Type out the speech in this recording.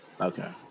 Okay